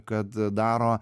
kad daro